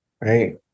right